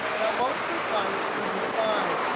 now, most of the time it's going to be fine.